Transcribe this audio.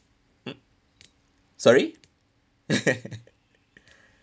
mm sorry